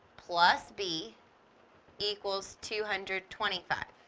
plus b equals two hundred twenty-five.